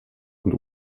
und